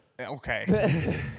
okay